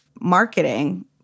marketing